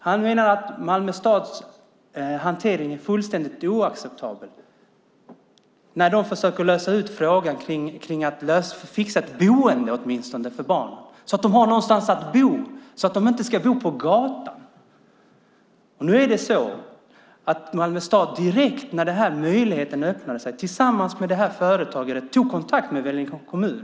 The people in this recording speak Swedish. Han menar att Malmö stads hantering är fullständigt oacceptabel - fast de försöker lösa ut problemet med att åtminstone fixa ett boende för barnen så att de har någonstans att bo och inte behöver bo på gatan. Nu är det så att Malmö stad direkt när den här möjligheten öppnade sig tillsammans med det här företaget tog kontakt med Vellinge kommun.